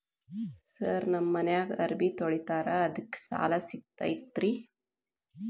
Sir ನಮ್ಮ ಮನ್ಯಾಗ ಅರಬಿ ತೊಳಿತಾರ ಅದಕ್ಕೆ ಸಾಲ ಸಿಗತೈತ ರಿ?